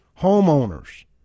homeowners